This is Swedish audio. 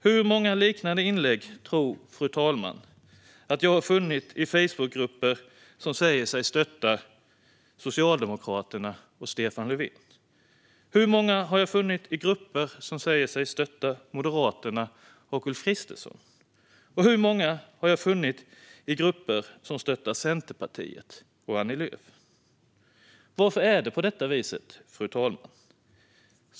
Hur många liknande inlägg tror fru talman att jag har funnit i Facebookgrupper som säger sig stötta Socialdemokraterna och Stefan Löfven? Hur många har jag funnit i grupper som säger sig stötta Moderaterna och Ulf Kristersson? Hur många har jag funnit i grupper som stöttar Centerpartiet och Annie Lööf? Varför är det på detta viset, fru talman?